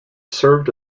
served